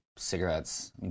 cigarettes